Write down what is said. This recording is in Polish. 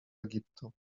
egiptu